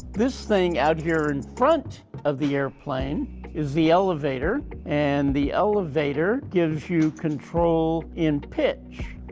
this thing out here in front of the airplane is the elevator. and the elevator gives you control in pitch.